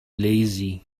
lazy